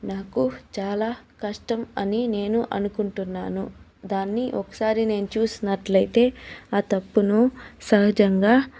నాకు చాలా కష్టం అని నేను అనుకుంటున్నాను దాన్ని ఒకసారి నేను చూస్తున్నట్లయితే ఆ తప్పును సహజంగా